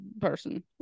person